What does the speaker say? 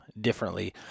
differently